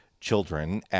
children